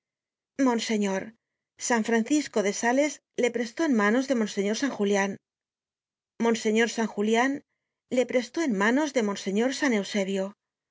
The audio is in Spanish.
monseñor san francisco de sales le prestó en manos de monseñor san julian monseñor san julian le prestó en manos de monseñor san